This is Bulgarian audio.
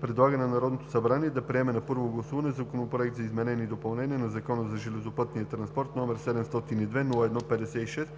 предлага на Народното събрание да приеме на първо гласуване Законопроект за изменение и допълнение на Закона за железопътния транспорт, № 702-01-56,